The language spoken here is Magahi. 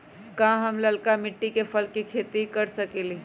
का हम लालका मिट्टी में फल के खेती कर सकेली?